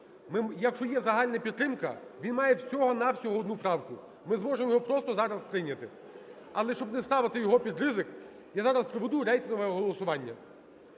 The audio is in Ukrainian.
Якщо є загальна підтримка, він має всього-на-всього одну правку. Ми зможемо його просто зараз прийняти. Але щоб не ставити його під ризик, я зараз проведу рейтингове голосування.